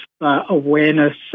awareness